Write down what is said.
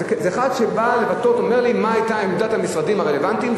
זה אחד שבא לומר לי מה היתה עמדת המשרדים הרלוונטיים.